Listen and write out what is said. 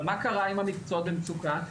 אבל מה קרה עם המקצועות במצוקה,